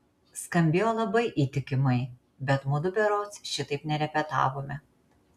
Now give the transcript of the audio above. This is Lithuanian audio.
skambėjo labai įtikimai bet mudu berods šitaip nerepetavome